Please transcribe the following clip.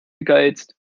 gegeizt